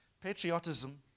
patriotism